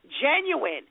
Genuine